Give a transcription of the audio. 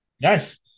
Nice